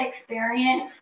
experience